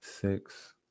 Six